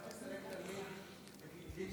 אני לא מבין, איך שר חינוך מסלק תלמיד?